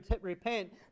repent